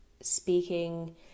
speaking